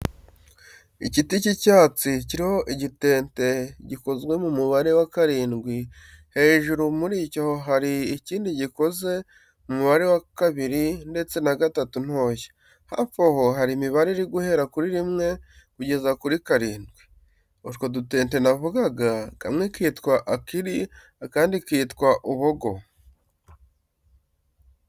Igiti cy'icyatsi kiriho igitente gikoze mu mubare wa karindwi, hejuru muri cyo hari ikindi gikoze mu mubare wa kabiri ndetse na gatatu ntoya, hafi aho hari imibare iri guhera kuri rimwe kugeza kuri karindwi. Utwo dutente navugaga, kamwe kitwa Akili akandi kitwa Ubongo.